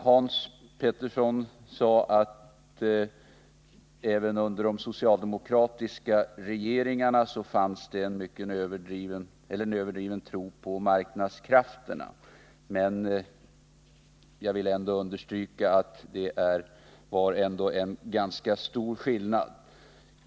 Hans Petersson i Hallstahammar sade att det även under de socialdemokratiska regeringarnas tid-fanns en överdriven tro på marknadskrafterna. Men jag vill understryka att det då i alla fall var en ganska stor skillnad.